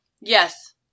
Yes